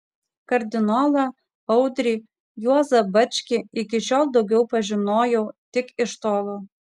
kardinolą audrį juozą bačkį iki šiol daugiau pažinojau tik iš tolo